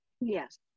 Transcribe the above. Yes